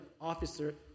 officer